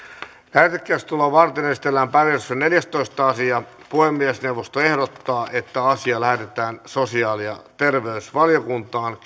lähetekeskustelua varten esitellään päiväjärjestyksen neljästoista asia puhemiesneuvosto ehdottaa että asia lähetetään sosiaali ja terveysvaliokuntaan